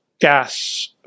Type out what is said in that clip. gas